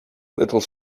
little